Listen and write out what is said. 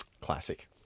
classic